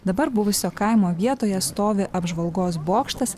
dabar buvusio kaimo vietoje stovi apžvalgos bokštas